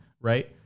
right